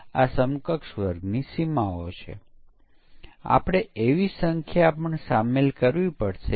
સ્વીકૃતિ પરીક્ષણ એ સિસ્ટમ પરીક્ષણનો એક ભાગ છે અને તે ગ્રાહક દ્વારા કરવામાં આવેલ કાર્યોનું વેલિડેશન છે